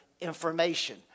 information